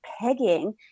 pegging